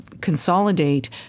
consolidate